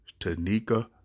Tanika